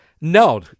No